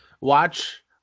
watch